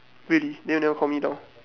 really then you never call me down